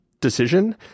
decision